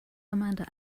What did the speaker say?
amanda